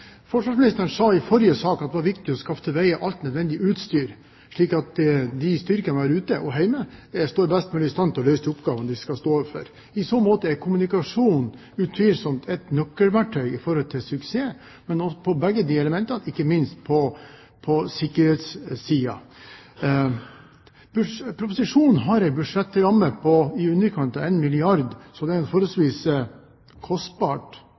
Forsvarsministeren sa i forrige sak at det er viktig å skaffe til veie alt nødvendig utstyr, slik at styrkene ute og hjemme er best mulig i stand til å løse oppgavene de står overfor. I så måte er kommunikasjon utvilsomt et nøkkelverktøy til suksess for begge elementene, ikke minst på sikkerhetssiden. Proposisjonen har en budsjettramme på i underkant av 1 milliard kr, så det er en